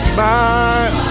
Smile